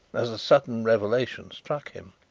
as the sudden revelation struck him.